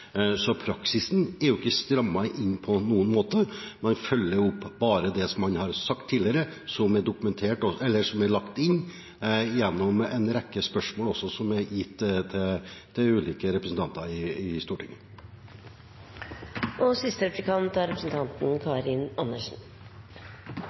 Så praksisen er ikke strammet inn på noen måte. Man følger bare opp det man har sagt tidligere, som er lagt inn også gjennom en rekke spørsmål som er kommet fra ulike representanter i Stortinget. Stortinget har opprettet Nasjonal institusjon for menneskerettigheter som skal være en autoritet på disse områdene, bl.a. i fortolking av våre konvensjonsforpliktelser. Det er